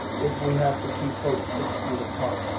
if we have to keep folks six feet apart,